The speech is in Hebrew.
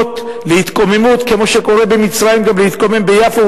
להתקוממות כמו שקורה במצרים גם להתקומם ביפו,